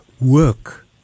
work